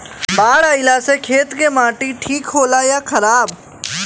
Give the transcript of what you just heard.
बाढ़ अईला से खेत के माटी ठीक होला या खराब?